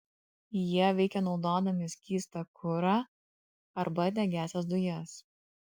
jie veikia naudodami skystą kurą arba degiąsias dujas